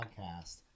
podcast